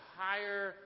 higher